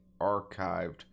archived